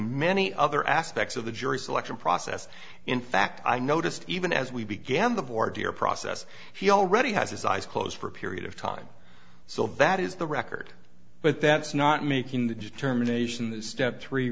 many other aspects of the jury selection process in fact i noticed even as we began the board here process he already has his eyes closed for a period of time so that is the record but that's not making the determination that step three